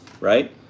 right